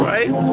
Right